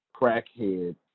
crackhead